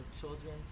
children